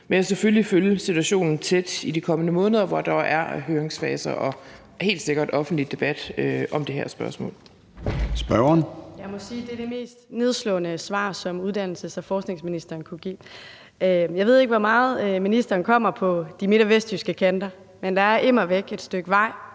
men jeg vil selvfølgelig følge situationen tæt i de kommende måneder, hvor der er høringsfaser og helt sikkert offentlig debat om det her spørgsmål. Kl. 13:40 Formanden (Søren Gade): Spørgeren. Kl. 13:40 Signe Munk (SF): Jeg må sige, at det er det mest nedslående svar, som uddannelses- og forskningsministeren kunne give. Jeg ved ikke, hvor meget ministeren kommer på de midt- og vestjyske kanter, men der er immer væk et stykke vej